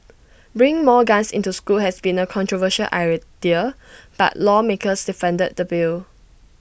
bringing more guns into school has been A controversial idea but lawmakers defended the bill